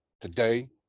today